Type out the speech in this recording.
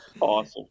awesome